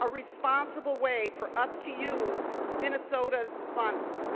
a responsible way for us to use minnesota's funds.